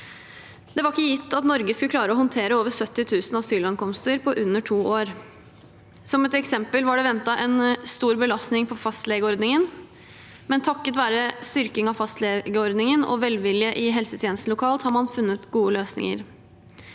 Det var ikke gitt at Norge skulle klare å håndtere over 70 000 asylankomster på under to år. Som et eksempel var det ventet en stor belastning på fastlegeordningen, men takket være styrking av fastlegeordningen og velvilje i helsetjenesten lokalt har man funnet gode løsninger.